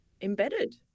embedded